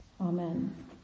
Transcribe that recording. Amen